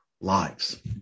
lives